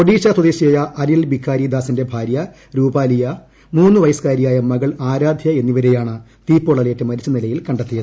ഒഡീഷ സ്വദേശിയായ അനിൽ ബിക്കാരി ദാസിന്റെ ഭാര്യ രൂപാലിയ മൂന്ന് വയസ്കാരിയായ മകൾ ആരാധ്യ എന്നിവരെയാണ് തീപ്പൊള്ളലേറ്റ് മരിച്ച നിലയിൽ കണ്ടത്തിയത്